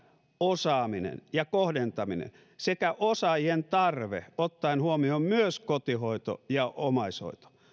osaaminen ja kohdentaminen sekä osaajien tarve ottaen huomioon myös kotihoito ja omaishoito